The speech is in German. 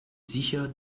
sicher